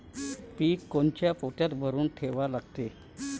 पीक कोनच्या पोत्यात भरून ठेवा लागते?